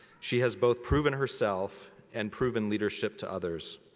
she has both proven herself and proven leadership to others.